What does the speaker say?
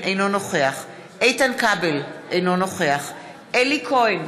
אינו נוכח איתן כבל, אינו נוכח אלי כהן,